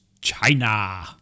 China